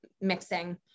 mixing